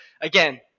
again